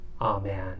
amen